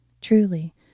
Truly